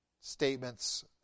statements